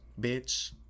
bitch